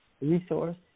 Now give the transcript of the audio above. resource